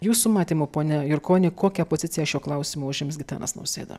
jūsų matymu pone jurkoni kokią poziciją šiuo klausimu užims gitanas nausėda